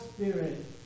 Spirit